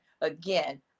again